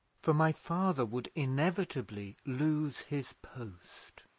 for my father would inevitably lose his post.